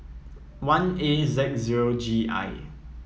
one A Z zero G I